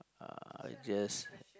uh I just